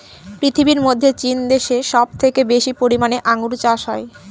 পৃথিবীর মধ্যে চীন দেশে সব থেকে বেশি পরিমানে আঙ্গুর চাষ হয়